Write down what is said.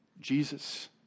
Jesus